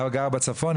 אתה גר בצפון?